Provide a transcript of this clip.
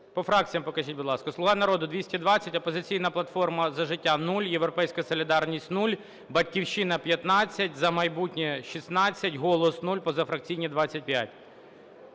По фракціях покажіть, будь ласка. "Слуга народу" – 220, "Опозиційна платформа – За життя" – 0, "Європейська солідарність" – 0, "Батьківщина" – 15, "За майбутнє" – 16, "Голос" – 0, позафракційні – 25.